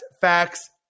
facts